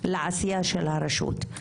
לעשייה של הרשות.